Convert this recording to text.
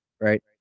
Right